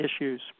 issues